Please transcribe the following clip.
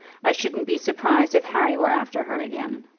i shouldn't be surprised if harry were after her again.